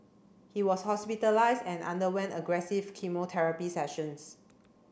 he was hospitalised and underwent aggressive chemotherapy sessions